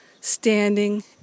standing